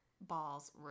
balls